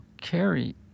carry